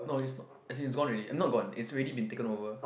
no is not as in it's gone already eh not gone is already been taken over